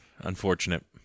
Unfortunate